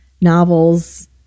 novels